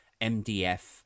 mdf